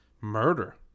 murder